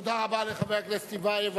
תודה רבה לחבר הכנסת טיבייב.